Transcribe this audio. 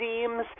seems